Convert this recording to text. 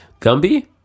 Gumby